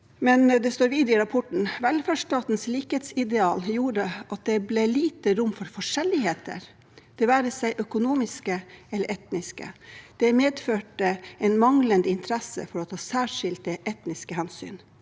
men det står videre i rapporten: «Men velferdsstatens likhetsideal gjorde også at det ble lite rom for forskjellighet, det være seg økonomisk eller etnisk. Det medførte en manglende interesse for å ta særskilte etniske hensyn.»